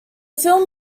film